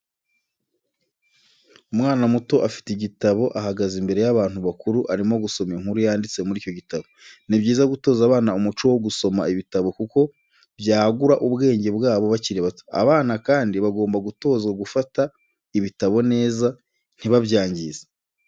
Umwana muto afite igitabo ahagaze imbere y'abantu bakuru arimo gusoma inkuru yanditse muri icyo gitabo. Ni byiza gutoza abana umuco wo gusoma ibitabo kuko byagura ubwenge bwabo bakiri bato, abana kandi bagomba gutozwa gufata ibitabo neza ntibabyangize.